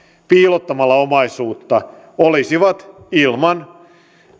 piilottamalla omaisuutta olisivat ilman